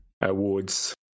awards